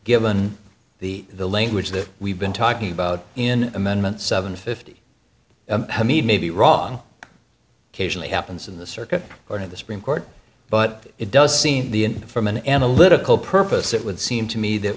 given the the language that we've been talking about in amendment seven fifty may be wrong casually happens in the circuit court of the supreme court but it does seem the in from an analytical purpose it would seem to me that